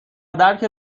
درک